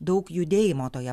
daug judėjimo toje